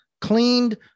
cleaned